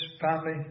family